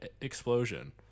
explosion